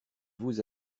vous